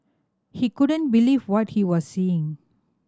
he couldn't believe what he was seeing